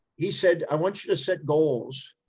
he said, i want you to set goals.